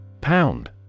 Pound